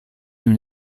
tune